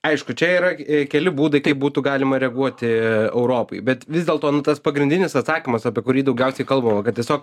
aišku čia yra keli būdai kaip būtų galima reaguoti europai bet vis dėlto na tas pagrindinis atsakymas apie kurį daugiausiai kalbama kad tiesiog